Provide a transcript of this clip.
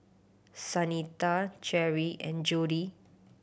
Shanita Cherri and Jodie